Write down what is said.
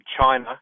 China